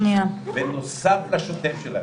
בנוסף לשוטף שלהם.